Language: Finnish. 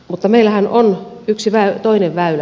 mutta meillähän on yksi toinen väylä